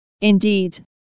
Indeed